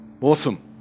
Awesome